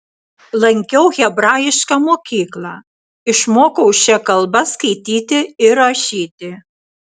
lankiau hebrajišką mokyklą išmokau šia kalba skaityti ir rašyti